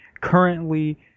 currently